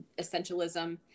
Essentialism